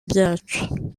byacu